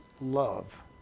love